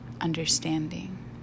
understanding